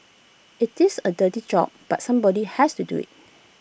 IT is A dirty job but somebody has to do IT